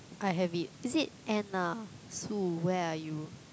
I have it is it end lah Sue where are you